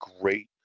great